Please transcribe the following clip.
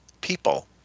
people